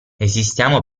esistiamo